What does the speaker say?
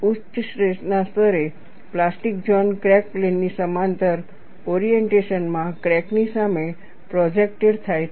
ઉચ્ચ સ્ટ્રેસના સ્તરે પ્લાસ્ટિક ઝોન ક્રેક પ્લેન ની સમાંતર ઓરીએન્ટેશનમાં ક્રેક ની સામે પ્રોજેકટેડ થાય છે